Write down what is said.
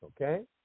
Okay